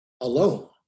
alone